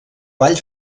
vall